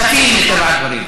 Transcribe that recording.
אדוני, הם לא מסתפקים.